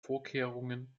vorkehrungen